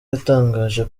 yatangaje